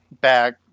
back